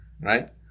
right